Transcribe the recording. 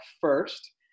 first